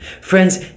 Friends